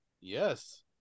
yes